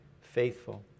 faithful